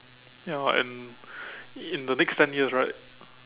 ya and in the next ten years right